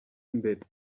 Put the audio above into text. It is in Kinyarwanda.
imbere